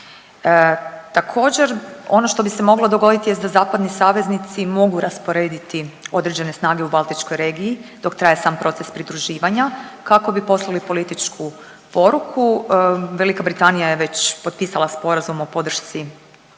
Također ono što bi se moglo dogoditi jest da zapadni saveznici mogu rasporediti određene snage u baltičkoj regiji dok traje sam proces pridruživanja. Kako bi poslali političku poruku Velika Britanija je već potpisala sporazum o podršci